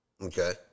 Okay